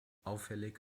auffällig